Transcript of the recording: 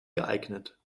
geeignet